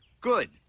Good